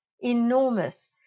enormous